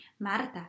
Marta